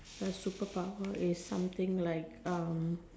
a super power is something like um